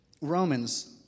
Romans